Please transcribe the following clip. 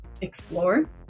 explore